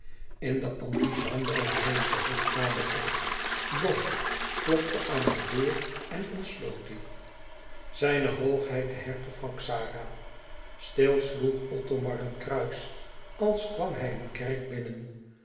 in de antichambre rees de hofdame op boog klopte aan de deur en ontsloot die zijne hoogheid de hertog van xara stil sloeg othomar een kruis als kwam hij een kerk binnen